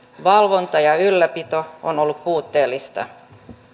valvonta ja ylläpito on ollut puutteellista